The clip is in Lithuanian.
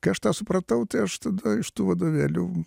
kai aš tą supratau tai aš tada iš tų vadovėlių